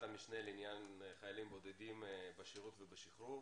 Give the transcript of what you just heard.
המשנה לעניין חיילים בודדים בשירות ובשחרור,